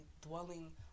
dwelling